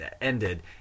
ended